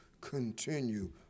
continue